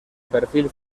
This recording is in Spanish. perfil